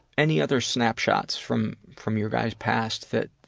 any other snapshots from from your guys' past that,